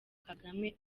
kagame